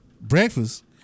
Breakfast